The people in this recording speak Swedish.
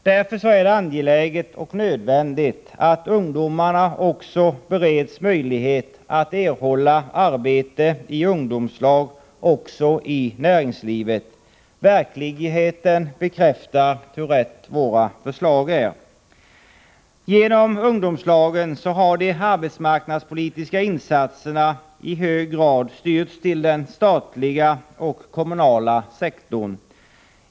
Därför är det angeläget och nödvändigt att ungdomarna bereds möjlighet att erhålla arbete i ungdomslag också i näringslivet. Verkligheten bekräftar hur riktiga våra förslag är. Genom ungdomslagen har de arbetsmarknadspolitiska insatserna i hög grad styrts till den statliga och kommunala sektorn.